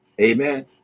Amen